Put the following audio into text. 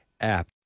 app